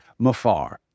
Mafar